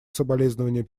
соболезнование